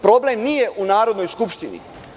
Problem nije u Narodnoj skupštini.